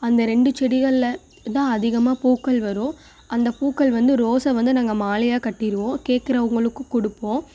அந்த ரெண்டு செடிகளில் தான் அதிகமாக பூக்கள் வரும் அந்த பூக்கள் வந்து ரோஸை வந்து நாங்கள் மாலையாக கட்டிருவோம் கேட்கறவுங்களுக்கும் கொடுப்போம்